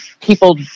people